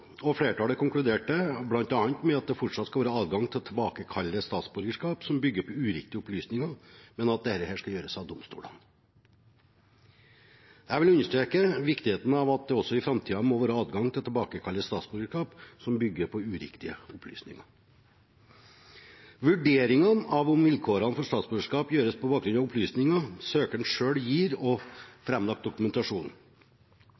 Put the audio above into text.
og flertallet konkluderte bl.a. med at det fortsatt skal være adgang til å tilbakekalle statsborgerskap som bygger på uriktige opplysninger, men at det skal gjøres av en domstol. Jeg vil understreke viktigheten av at det også i framtiden må være adgang til å tilbakekalle statsborgerskap som bygger på uriktige opplysninger. Vurderingen av vilkårene for statsborgerskap gjøres på bakgrunn av opplysninger søkeren selv gir,